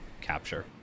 capture